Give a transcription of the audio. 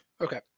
Okay